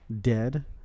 dead